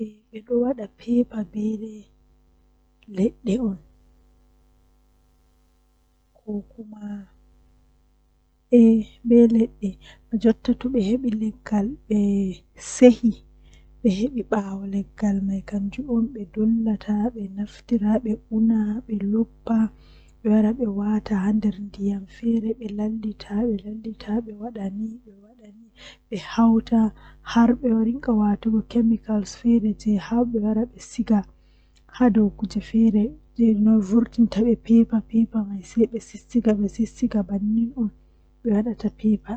Haala jei mi yidi mi tokka wadugo haala man kanjum woni haala ceede mi waawan mi yewta haala ceede egaa fajjira haa jemma mi somata.